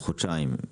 או חודשיים.